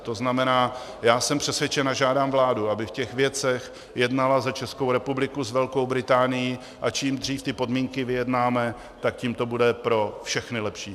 To znamená, já jsem přesvědčen a žádám vládu, aby v těch věcech jednala za Českou republiku s Velkou Británií, a čím dřív ty podmínky vyjednáme, tak tím to bude pro všechny lepší.